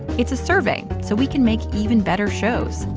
it's a survey, so we can make even better shows.